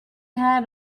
had